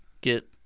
get